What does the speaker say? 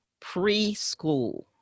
preschool